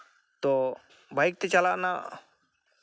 ᱛᱚ ᱵᱟᱭᱤᱠ ᱛᱮ ᱪᱟᱞᱟᱜ ᱨᱮᱱᱟᱜ